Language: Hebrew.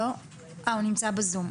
הוא נמצא בזום.